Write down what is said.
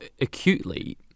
acutely